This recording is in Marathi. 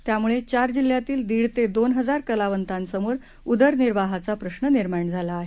त्यामुळे चार जिल्ह्यातील दीड ते दोन हजार कलावंतांसमोर उदरनिर्वाहाचा प्रश्न निर्माण झाला आहे